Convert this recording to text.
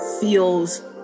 feels